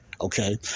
Okay